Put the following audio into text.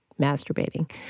masturbating